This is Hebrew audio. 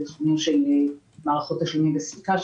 בתחומים של מערכות תשלומים וסליקה,